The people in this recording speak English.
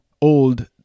old